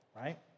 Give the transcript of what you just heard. right